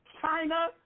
China